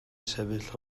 sefyll